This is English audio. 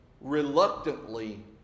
reluctantly